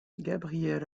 gabriel